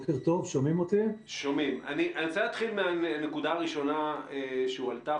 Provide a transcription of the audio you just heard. אני רוצה להתחיל מהנקודה הראשונה שהועלתה